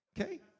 Okay